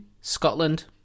Scotland